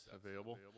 available